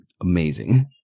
amazing